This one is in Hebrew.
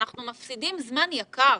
אנחנו מפסידים זמן יקר.